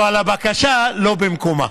אבל הבקשה לא במקומה.